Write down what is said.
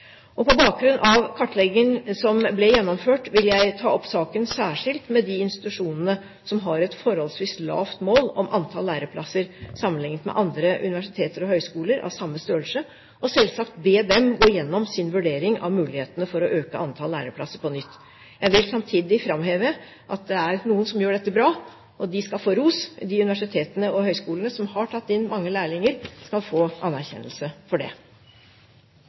På bakgrunn av kartleggingen som ble gjennomført, vil jeg ta opp saken særskilt med de institusjonene som har et forholdsvis lavt mål om antall læreplasser sammenlignet med andre universiteter og høyskoler av samme størrelse, og selvsagt be dem om på nytt å gå gjennom sin vurdering av mulighetene for å øke antallet læreplasser. Jeg vil samtidig framheve at det er noen som gjør dette bra, og de skal få ros. De universitetene og høyskolene som har tatt inn mange lærlinger, skal få anerkjennelse for det.